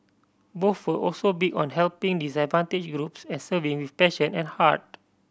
both were also big on helping disadvantaged groups and serving with passion and heart